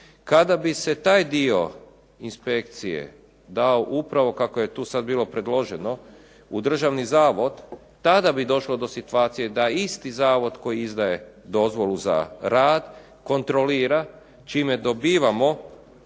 Kada bi se taj dio inspekcije dao upravo kako je tu sad bilo predloženo u državni zavod tada bi došlo do situacije da isti zavod koji izdaje dozvolu za rad kontrolira čime dobivamo